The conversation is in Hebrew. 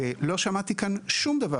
ולא שמעתי כאן שום דבר,